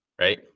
right